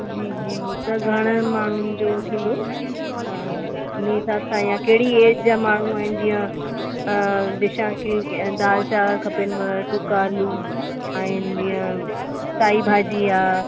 जी जी त घणनि माण्हूनि जो उनी हिसाब सां या कहिड़ी एज जा माण्हू आहिनि जीअं डिशां की दालि चांवर खपिनव टुक आलू आहिनि जीअं साई भाॼी आहे